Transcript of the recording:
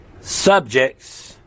subjects